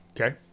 Okay